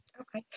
Okay